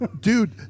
Dude